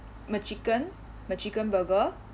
mac chicken mac chicken burger